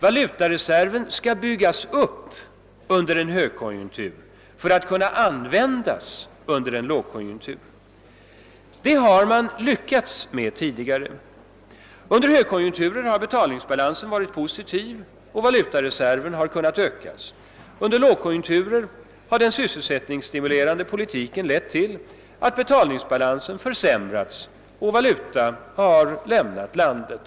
Valutareserven skall byggas upp under en högkonjunktur för att kunna användas under en lågkonjunktur. Det har man tidigare lyckats med. Under högkonjunkturer har betalningsbalansen varit positiv och valutareserven kunnat ökas. Under lågkonjunkturer har den sysselsättningsstimulerande politiken lett till att betalningsbalansen försämrats och valuta lämnat landet.